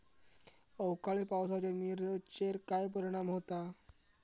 अवकाळी पावसाचे मिरचेर काय परिणाम होता?